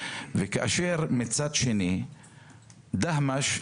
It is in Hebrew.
וכאשר מצד שני דהמש.